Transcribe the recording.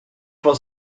was